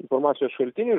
informacijos šaltinių